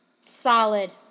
solid